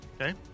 Okay